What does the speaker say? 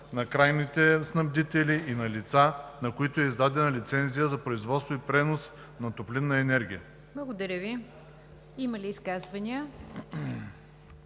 на крайните снабдители и на лица, на които е издадена лицензия за производство и пренос на топлинна енергия.“ ПРЕДСЕДАТЕЛ НИГЯР ДЖАФЕР: Има ли изказвания?